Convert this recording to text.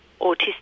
autistic